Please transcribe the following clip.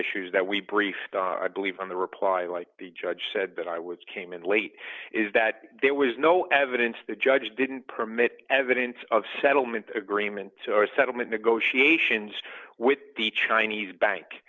issues that we briefed on i believe on the reply like the judge said that i was came in late is that there was no evidence the judge didn't permit evidence of settlement agreement or settlement negotiations with the chinese bank